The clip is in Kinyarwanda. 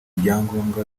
byangombwa